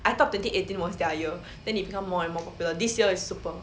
I thought twenty eighteen was their year then they become more and more popular this year is superb